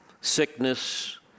sickness